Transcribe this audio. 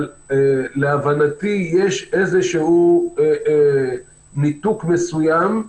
אבל להבנתי, יש איזה ניתוק מסוים,